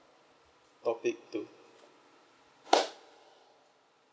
topic two